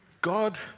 God